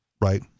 right